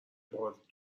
باهات